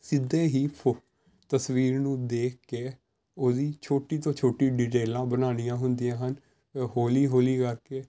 ਸਿੱਧੇ ਹੀ ਫੋ ਤਸਵੀਰ ਨੂੰ ਦੇਖ ਕੇ ਉਹਦੀ ਛੋਟੀ ਤੋਂ ਛੋਟੀ ਡਿਟੇਲਾਂ ਬਣਾਉਣੀਆਂ ਹੁੰਦੀਆਂ ਹਨ ਹੌਲੀ ਹੌਲੀ ਕਰਕੇ